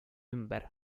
ümber